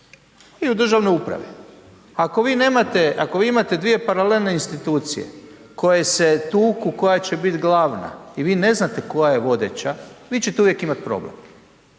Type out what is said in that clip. i u državnoj upravi, ako vi imate svoje paralelne institucije koje se tuku koja će biti glavna i vi ne znate koja je vodeća, vi ćete uvijek imat problem.